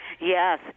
Yes